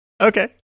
okay